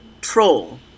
troll